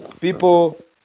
People